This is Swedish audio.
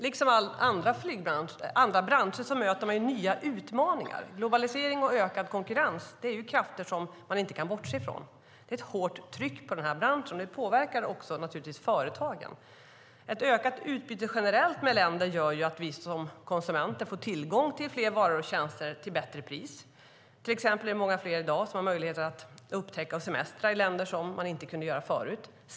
Liksom andra branscher möter den nya utmaningar. Globalisering och ökad konkurrens är krafter som man inte kan bortse från. Det är ett hårt tryck på branschen, och det påverkar naturligtvis företagen. Ett ökat utbyte generellt mellan länder gör att vi som konsumenter får tillgång till fler varor och tjänster till bättre pris. Till exempel är det många fler i dag än förut som har möjlighet att upptäcka och semestra i nya länder.